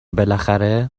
بالاخره